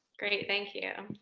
great, thank you.